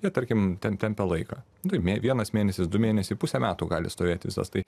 jie tarkim ten tempia laiką taip vienas mėnesis du mėnesiai pusę metų gali stovėti visas tai